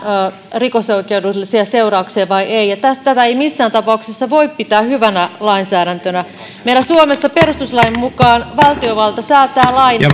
rikosoikeudellisia seurauksia vai ei tätä ei missään tapauksessa voi pitää hyvänä lainsäädäntönä meillä suomessa perustuslain mukaan valtiovalta säätää lain ja